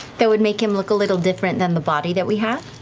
that would make him look a little different than the body that we have?